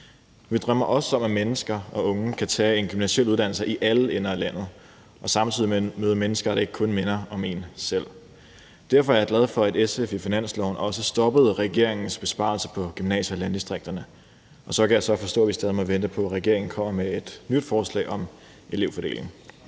Vi drømmer også om, at mennesker og unge kan tage en gymnasial uddannelse i alle ender af landet og samtidig møde mennesker, der ikke kun minder om dem selv. Derfor er jeg glad for, at SF i forhandlingerne om finanslovsforslaget også stoppede regeringens besparelser på gymnasier og landdistrikter. Så kan jeg så forstå, at vi stadig må vente på, at regeringen kommer med et nyt forslag om elevfordeling.